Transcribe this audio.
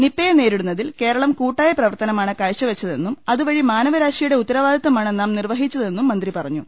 നിപയെ നേരിടുന്നതിൽ കേരളം കൂട്ടായ പ്രവർത്ത നമാണ് കാഴ്ചവെച്ചതെന്നും അതുവഴി മാനവരാശിയുടെ ഉത്തരവാ ദിത്തമാണ് നാം നിർവഹിച്ചതെന്നും മന്ത്രി പറഞ്ഞു